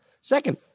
Second